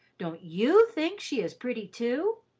don't you think she is pretty, too?